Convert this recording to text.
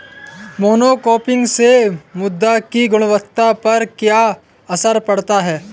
Monocropping से मृदा की गुणवत्ता पर क्या असर पड़ता है?